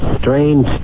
strange